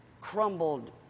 crumbled